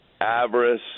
avarice